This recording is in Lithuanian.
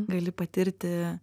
gali patirti